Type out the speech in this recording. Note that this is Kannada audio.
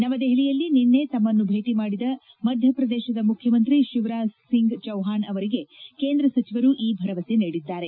ನವದೆಹಲಿಯಲ್ಲಿ ನಿನ್ನೆ ತಮ್ಮನ್ನು ಭೇಟಿ ಮಾಡಿದ ಮಧ್ಯಪ್ರದೇಶದ ಮುಖ್ಯಮಂತ್ರಿ ಶಿವರಾಜ್ ಸಿಂಗ್ ಚೌವ್ನಾಣ್ ಅವರಿಗೆ ಕೇಂದ್ರ ಸಚಿವರು ಈ ಭರವಸೆ ನೀಡಿದ್ದಾರೆ